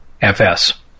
FS